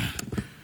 אחמד טיבי (חד"ש-תע"ל):